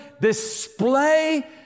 display